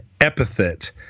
epithet